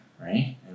right